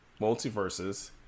Multiverses